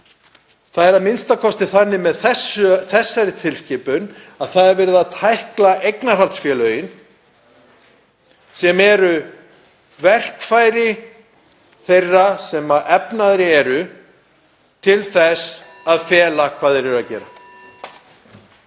það er a.m.k. þannig með þessa tilskipun að verið er að tækla eignarhaldsfélögin sem eru verkfæri þeirra sem efnaðri eru til þess að fela hvað þeir eru að gera.